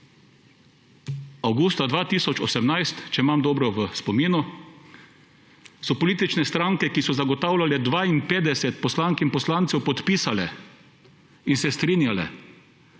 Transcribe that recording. avgusta 2018, če imam dobro v spominu, so politične stranke, ki so zagotavljale 52 poslank in poslancev, podpisale in se strinjale,